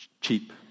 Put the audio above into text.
cheap